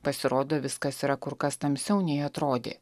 pasirodo viskas yra kur kas tamsiau nei atrodė